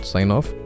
Sign-Off